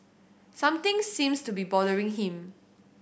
something seems to be bothering him